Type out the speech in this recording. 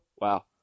Wow